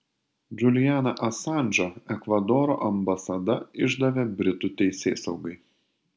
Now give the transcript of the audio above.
džulianą asanžą ekvadoro ambasada išdavė britų teisėsaugai